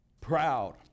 Proud